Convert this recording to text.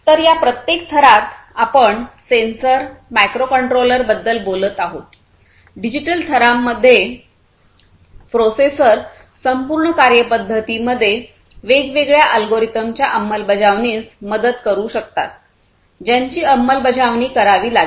तर या प्रत्येक थरात आपण सेन्सर मायक्रोकंट्रोलर बद्दल बोलत आहोत डिजिटल थरामधील प्रोसेसर संपूर्ण कार्यपद्धतींमध्ये वेगवेगळ्या अल्गोरिदमच्या अंमलबजावणीस मदत करू शकतात ज्यांची अंमलबजावणी करावी लागेल